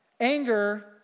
anger